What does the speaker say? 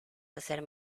hacer